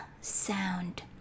sound